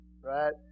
Right